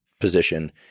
position